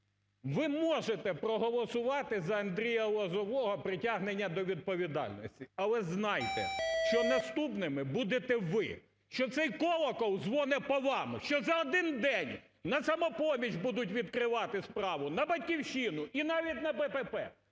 ви можете проголосувати за Андрія Лозового притягнення до відповідальності, але знайде, що наступними будете ви, що цей колокол дзвонить по вам, що за один день на "Самопоміч" будуть відкривати справу, на "Батьківщину" і навіть на БПП,